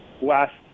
last